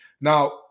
Now